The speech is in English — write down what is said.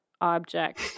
object